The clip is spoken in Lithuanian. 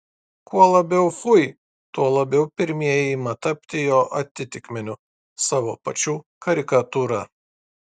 kuo labiau fui tuo labiau pirmieji ima tapti jo atitikmeniu savo pačių karikatūra